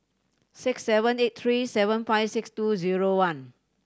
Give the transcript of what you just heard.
six seven eight three seven five six two zero one